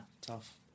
tough